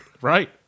right